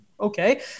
Okay